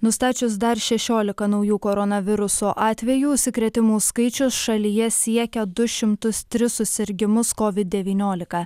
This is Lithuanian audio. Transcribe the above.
nustačius dar šešiolika naujų koronaviruso atvejų užsikrėtimų skaičius šalyje siekia du šimtus tris susirgimus kovid devyniolika